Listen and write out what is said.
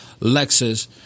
Lexus